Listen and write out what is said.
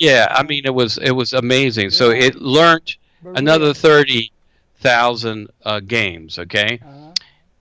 yeah i mean it was it was amazing so it learnt another thirty thousand games ok